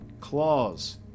Claws